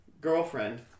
girlfriend